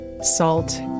Salt